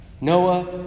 Noah